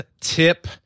Tip